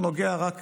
הוא נוגע רק